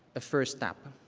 a first step.